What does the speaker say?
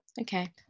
okay